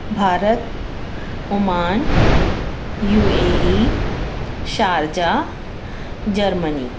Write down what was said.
Bharat Oman U A E Sharjah Germany